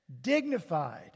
dignified